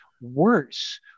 worse